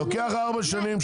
לוקח ארבע שנים,